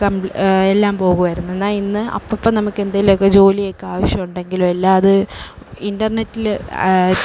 എല്ലാം പോകുമായിരുന്നു എന്നാൽ ഇന്ന് അപ്പപ്പം നമുക്ക് എന്തെലുമൊക്കെ ജോലിയൊക്കെ ആവിശ്യമുണ്ടെങ്കിലും എല്ലാം അത് ഇൻറ്റർനെറ്റിലും